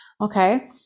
okay